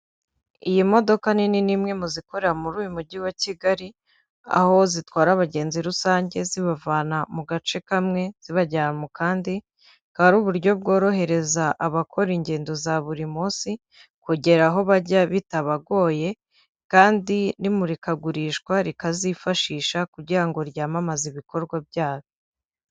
Iyi modoka nini ni imwe mu zikorera muri uyu mujyi wa Kigali aho zitwara abagenzi rusange zibavana mu gace kamwe zibajyana mu kandi, bukaba ari uburyo bworohereza abakora ingendo za buri munsi kugera aho bajya bitabagoye, kandi n'imurikagurishwa rikazifashisha kugira ngo ryamamaze ibikorwa byabo.